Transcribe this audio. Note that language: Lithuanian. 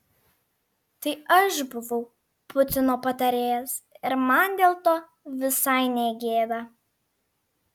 taip aš buvau putino patarėjas ir man dėl to visai ne gėda